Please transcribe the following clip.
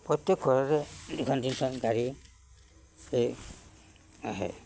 প্ৰত্যেক ঘৰৰে দুখন তিনিখন গাড়ী আছে আহে